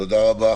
תודה רבה.